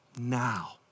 now